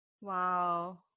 Wow